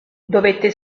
dovette